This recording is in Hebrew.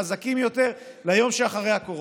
חזקים יותר ליום שאחרי הקורונה.